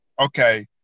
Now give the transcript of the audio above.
Okay